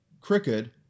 crooked